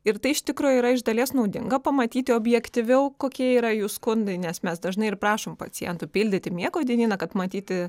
ir tai iš tikro yra iš dalies naudinga pamatyti objektyviau kokie yra jų skundai nes mes dažnai ir prašom pacientų pildyti miego dienyną kad matyti